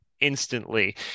instantly